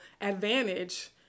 advantage